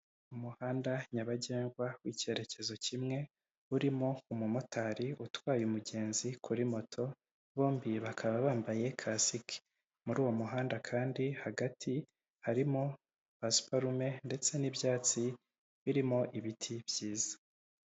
Umuhanda nyabagendwa w'icyerekezo kimwe, urimo umumotari utwaye umugenzi kuri moto bombi bakaba bambaye kasike. Muri uwo muhanda kandi hagati harimo pasiparume ndetse n'ibyatsi birimo ibiti byiza.